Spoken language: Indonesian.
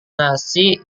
nasi